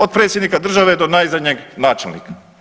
Od predsjednika države do najzadnjeg načelnika.